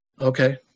okay